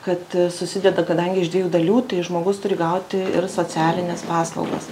kad susideda kadangi iš dviejų dalių tai žmogus turi gauti ir socialines paslaugas